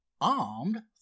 armed